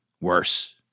worse